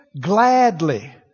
gladly